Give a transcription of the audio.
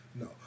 No